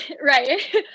right